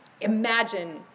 Imagine